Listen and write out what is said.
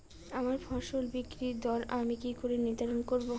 আমার ফসল বিক্রির দর আমি কি করে নির্ধারন করব?